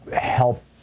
help